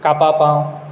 कापां पाव